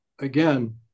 again